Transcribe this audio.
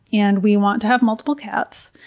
and we want to have multiple cats,